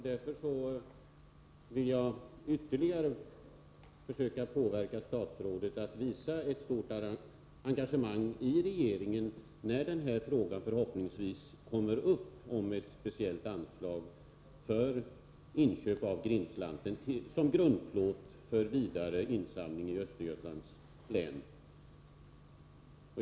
Därför vill jag ytterligare försöka påverka statsrådet att visa ett stort engagemang i regeringen när frågan förhoppningsvis kommer upp om ett speciellt anslag för inköp av Grindslanten som grundplåt för vidare insamling i Östergötlands län.